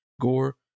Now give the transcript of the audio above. gore